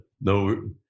No